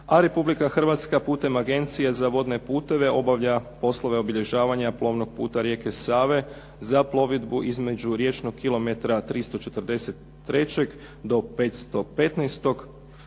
A Republika Hrvatska putem Agencije za vodne puteve obavlja poslove obilježavanja plovnog puta rijeke Save za plovidbu između riječnog kilometra 343. do 515.,